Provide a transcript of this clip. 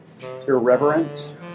irreverent